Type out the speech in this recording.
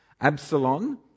Absalom